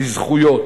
בזכויות,